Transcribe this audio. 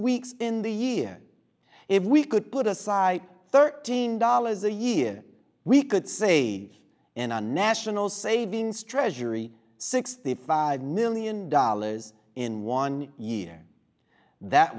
weeks in the year if we could put aside thirteen dollars a year we could save in a national savings treasury sixty five million dollars in one year that